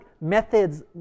methods